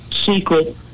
secret